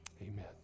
Amen